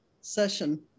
session